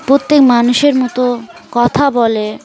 প্রত্যেক মানুষের মতো কথা বলে